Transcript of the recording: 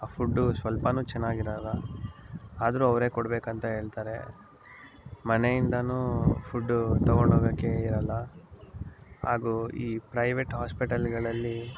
ಆ ಫುಡ್ ಸ್ವಲ್ಪನೂ ಚೆನ್ನಾಗಿರಲ್ಲ ಆದರೂ ಅವರೇ ಕೊಡಬೇಕಂತ ಹೇಳ್ತಾರೆ ಮನೆಯಿಂದಲೂ ಫುಡ್ ತಗೊಂಡೋಗೋಕ್ಕೆ ಇರಲ್ಲ ಹಾಗೂ ಈ ಪ್ರೈವೇಟ್ ಆಸ್ಪೆಟಲ್ಗಳಲ್ಲಿ